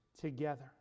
together